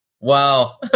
Wow